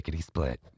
Split